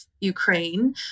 Ukraine